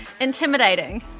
intimidating